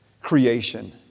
creation